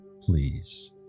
Please